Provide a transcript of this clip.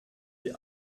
die